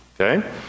okay